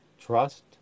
Trust